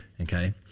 Okay